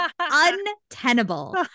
untenable